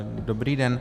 Dobrý den.